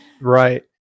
Right